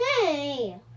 Hey